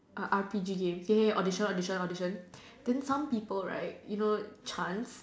a R P G game ya ya audition audition audition then some people right you know chants